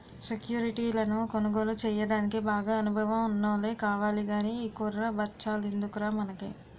సెక్యురిటీలను కొనుగోలు చెయ్యడానికి బాగా అనుభవం ఉన్నోల్లే కావాలి గానీ ఈ కుర్ర బచ్చాలెందుకురా మనకి